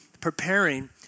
preparing